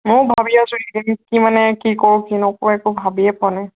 মইও ভাবি আছোঁ এতিয়া কি কৰোঁ কি নকৰোঁ একো ভাবিয়েই পোৱা নাই